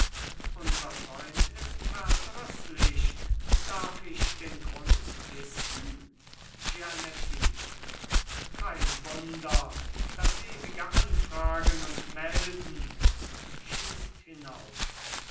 unser freund ist verdrüßlich darf ich den grund wissen gianettino kein wunder das ewige anfragen und melden schießt hinaus